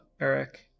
Eric